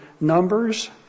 numbers